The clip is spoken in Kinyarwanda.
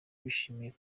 bishimiye